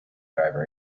driver